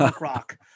rock